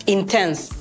Intense